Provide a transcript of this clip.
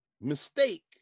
mistake